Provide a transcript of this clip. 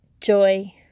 joy